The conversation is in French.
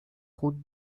route